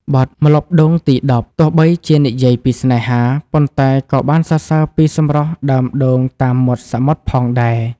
បទ «ម្លប់ដូងទីដប់» ទោះបីជានិយាយពីស្នេហា ប៉ុន្តែក៏បានសរសើរពីសម្រស់ដើមដូងតាមមាត់សមុទ្រផងដែរ។